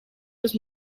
los